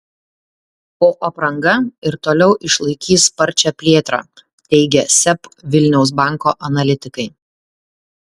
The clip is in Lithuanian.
o apranga ir toliau išlaikys sparčią plėtrą teigia seb vilniaus banko analitikai